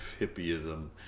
hippieism